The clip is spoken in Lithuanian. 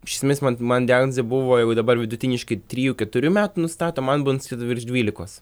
iš esmės man man diagnozė buvo jeigu dabar vidutiniškai trijų keturių metų nustato man buvo nustatyta virš dvylikos